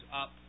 up